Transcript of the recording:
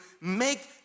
make